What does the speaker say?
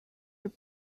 were